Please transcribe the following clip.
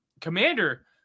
Commander